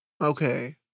Okay